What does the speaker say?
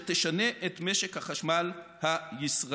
שתשנה את משק החשמל הישראלי.